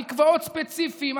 מקוואות ספציפיים,